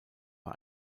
war